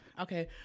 Okay